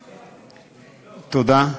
תודה.